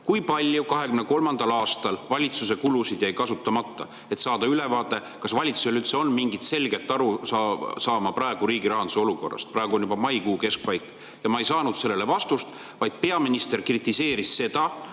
kui palju jäi 2023. aastal valitsusel [raha] kasutamata, et saada ülevaade, kas valitsusel üldse on praegu mingit selget arusaama riigi rahanduse olukorrast. Praegu on juba maikuu keskpaik. Ma ei saanud sellele vastust, vaid peaminister kritiseeris seda,